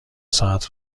ساعت